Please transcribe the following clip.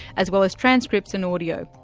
as well as transcripts and audio.